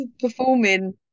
performing